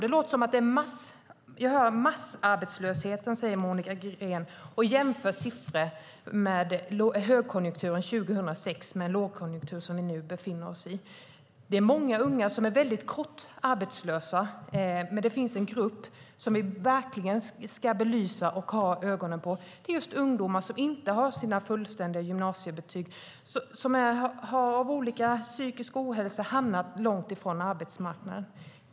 Monica Green pratar om massarbetslöshet och jämför siffror från högkonjunkturen 2006 med siffror i den lågkonjunktur som vi nu befinner oss i. Det är många unga som är arbetslösa under väldigt kort tid. Men det finns en grupp som vi verkligen ska belysa och ha ögonen på. Det är just ungdomar som inte har fullständiga gymnasiebetyg, som av olika skäl, till exempel psykisk ohälsa, hamnat långt ifrån arbetsmarknaden.